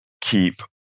keep